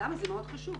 למה, זה מאוד חשוב.